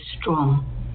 strong